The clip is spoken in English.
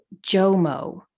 JOMO